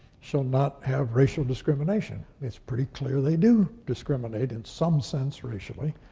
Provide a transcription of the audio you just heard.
shall not have racial discrimination. it's pretty clear they do discriminate, in some sense, racially,